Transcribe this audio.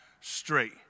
straight